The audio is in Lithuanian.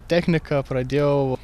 techniką pradėjau